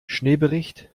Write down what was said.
schneebericht